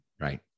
Right